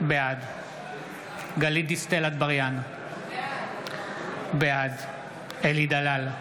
בעד גלית דיסטל אטבריאן, בעד אלי דלל,